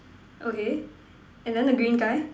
okay and then the green guy